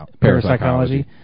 Parapsychology